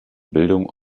bildung